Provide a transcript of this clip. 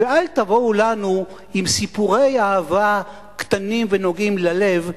ואל תבואו לנו עם סיפורי אהבה קטנים ונוגעים ללב,